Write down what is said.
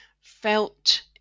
felt